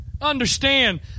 Understand